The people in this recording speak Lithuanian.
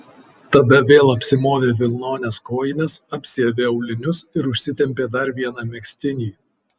tada vėl apsimovė vilnones kojines apsiavė aulinius ir užsitempė dar vieną megztinį